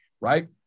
right